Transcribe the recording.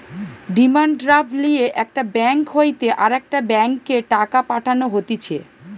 demand draft লিয়ে একটা bank হইতে আরেকটা ব্যাংকে টাকা পাঠানো হতিছে